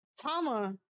Tama